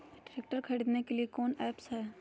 Tractor खरीदने के लिए कौन ऐप्स हाय?